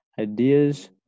Ideas